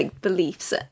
beliefs